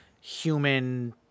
human